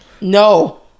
No